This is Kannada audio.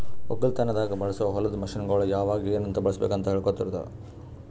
ಒಕ್ಕಲತನದಾಗ್ ಬಳಸೋ ಹೊಲದ ಮಷೀನ್ಗೊಳ್ ಯಾವಾಗ್ ಏನ್ ಬಳುಸಬೇಕ್ ಅಂತ್ ಹೇಳ್ಕೋಡ್ತಾರ್